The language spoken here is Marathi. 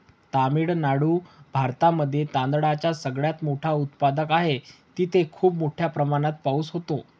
तामिळनाडू भारतामध्ये तांदळाचा सगळ्यात मोठा उत्पादक आहे, तिथे खूप मोठ्या प्रमाणात पाऊस होतो